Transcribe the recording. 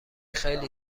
خیلی